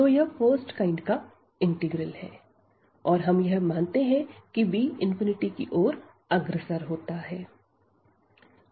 तो यह first kind का इंटीग्रल है और हम यह मानते हैं की b की ओर अग्रसर होता है